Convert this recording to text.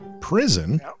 Prison